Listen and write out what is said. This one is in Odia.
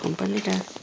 କମ୍ପାନୀଟା